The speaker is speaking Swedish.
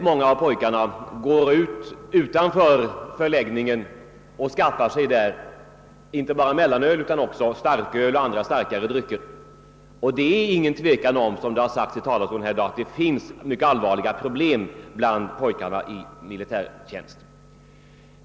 Många av pojkarna går ut utanför militärförläggningen och skaffar sig där inte bara mellanöl utan också starköl och andra starkare drycker, och det är ingen tvekan om att det, såsom sagts i talarsto len här i dag, finns allvarliga problem bland pojkarna i militärtjänst.